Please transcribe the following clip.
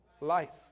life